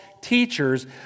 teachers